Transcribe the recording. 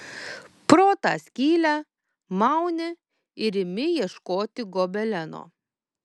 pro tą skylę mauni ir imi ieškoti gobeleno